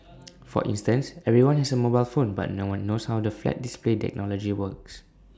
for instance everyone has A mobile phone but no one knows how the flat display technology works